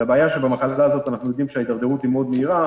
והבעיה שבמחלה הזאת אנחנו יודעים שההתדרדרות מאוד מהירה.